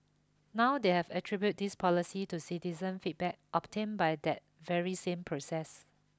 now they have attribute this policy to citizen feedback obtained by that very same process